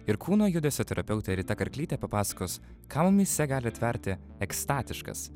ir kūno judesio terapeutė rita karklytė papasakos ką mumyse gali atverti ekstatiškas